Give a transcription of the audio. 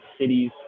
cities